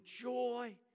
joy